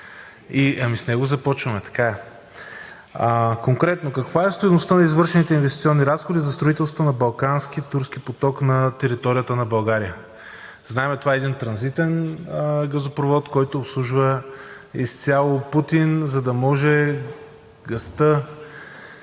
с него започваме конкретно. Каква е стойността на извършените инвестиционни разходи за строителството на Балкански поток (Турски поток) на територията на България? Знаем, това е един транзитен газопровод, който обслужва изцяло Путин, за да може газта